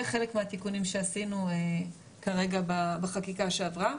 חלק מהתיקונים שעשינו כרגע בחקיקה שעברה.